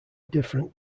different